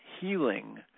healing